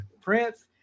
Prince